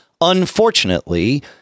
Unfortunately